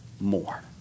more